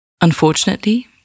Unfortunately